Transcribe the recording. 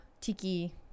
tiki